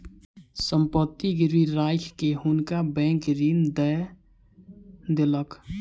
संपत्ति गिरवी राइख के हुनका बैंक ऋण दय देलक